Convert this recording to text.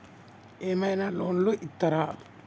ఏమైనా లోన్లు ఇత్తరా?